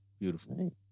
Beautiful